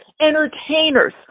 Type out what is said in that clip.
entertainers